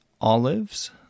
olives